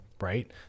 right